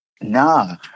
Nah